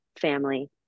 family